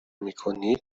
میکنید